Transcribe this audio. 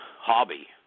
hobby